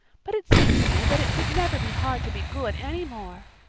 but it seemed to me that it could never be hard to be good any more.